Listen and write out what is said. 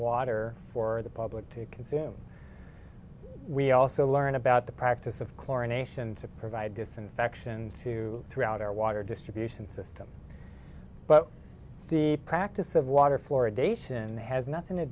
water for the public to consume we also learn about the practice of chlorination to provide disinfection to throughout our water distribution system but the practice of water fluoridation has nothing to